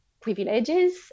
privileges